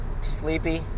sleepy